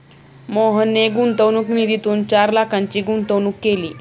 मोहनने गुंतवणूक निधीतून चार लाखांची गुंतवणूक केली